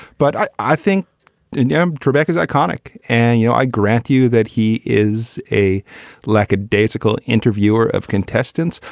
but i i think and yeah trebek is iconic and, you know, i grant you that he is a lackadaisical interviewer of contestants.